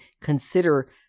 consider